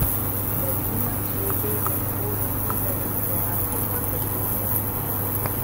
merginos veide ieškojo pritariančio atsako tačiau neaptiko